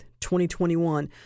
2021